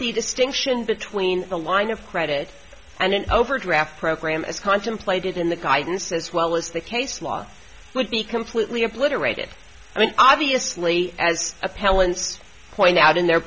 the distinction between a line of credit and an overdraft program as contemplated in the guidance as well as the case law would be completely obliterated i mean obviously as appellants point out in their